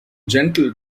gentle